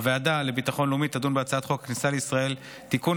הוועדה לביטחון לאומי תדון בהצעת חוק הכניסה לישראל (תיקון,